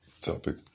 Topic